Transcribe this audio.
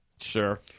Sure